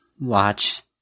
watch